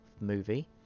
movie